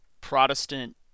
Protestant